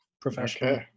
professional